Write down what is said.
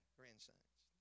grandsons